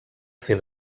fer